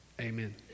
Amen